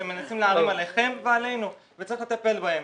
שהם מנסים להערים עליכם ועלינו וצריך לטפל בהם.